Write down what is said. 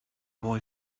boy